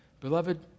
Beloved